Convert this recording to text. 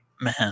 Man